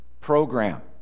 program